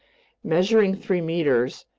measuring three meters,